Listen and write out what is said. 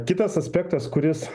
kitas aspektas kuris